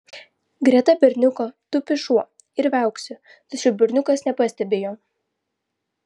greta berniuko tupi šuo ir viauksi tačiau berniukas nepastebi jo